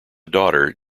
daughter